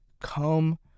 come